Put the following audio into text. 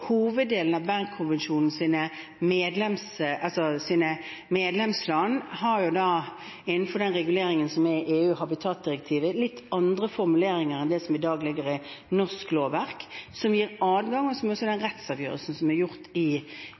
Hoveddelen av Bern-konvensjonens medlemsland har innenfor den reguleringen som er i EU, habitatdirektivet, litt andre formuleringer enn det som i dag ligger i norsk lovverk, som gir adgang, og også med den rettsavgjørelsen som er gjort i